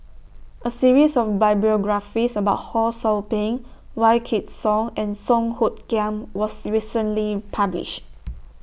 A series of biographies about Ho SOU Ping Wykidd Song and Song Hoot Kiam was recently published